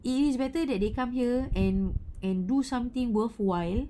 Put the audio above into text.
it is better that they come here and and do something worthwhile